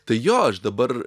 tai jo aš dabar